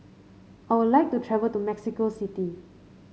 I would like to travel to Mexico City